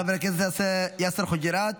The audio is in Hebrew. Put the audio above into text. חבר הכנסת יאסר חוג'יראת,